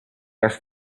asked